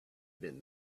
been